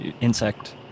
insect